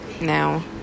Now